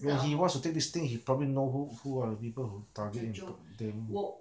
when he wants to take this thing he probably know who are the people who target on them